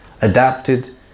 adapted